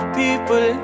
people